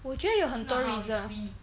我觉得有很多 reason